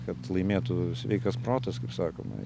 kad laimėtų sveikas protas kaip sakoma